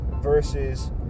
versus